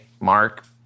Mark